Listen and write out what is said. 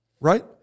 Right